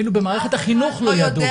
אפילו במערכת החינוך לא ידעו.